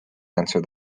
answer